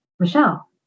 Michelle